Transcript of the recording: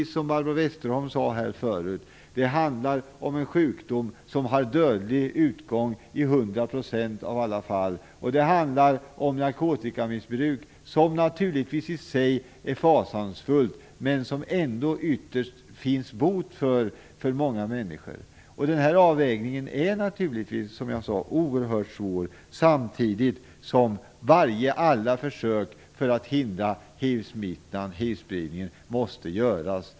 Som Barbro Westerholm sade förut handlar det om en sjukdom med dödlig utgång i 100 % av fallen. Det handlar om narkotikamissbruk som naturligtvis i sig är fasansfullt men som det ändå ytterst finns bot mot i många fall. Den här avvägningen är naturligtvis oerhört svår, samtidigt som allt måste göras för att förhindra hivsmittan och hivspridningen.